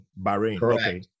Bahrain